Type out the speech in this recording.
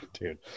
Dude